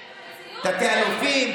תתי-אלופים,